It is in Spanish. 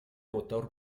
motor